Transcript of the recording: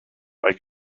why